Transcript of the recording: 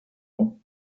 donc